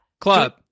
Club